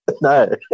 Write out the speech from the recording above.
no